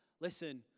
Listen